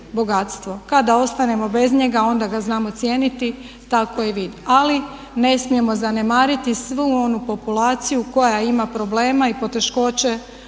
bogatstvo. Kada ostanemo bez njega, onda ga znamo cijeniti, tako i vid. Ali ne smijemo zanemariti svu onu populaciju koja ima problema i poteškoće